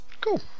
cool